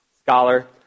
scholar